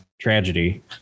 tragedy